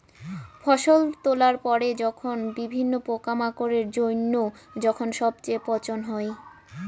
ফসল তোলার পরে যখন বিভিন্ন পোকামাকড়ের জইন্য যখন সবচেয়ে পচন হই